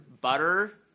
butter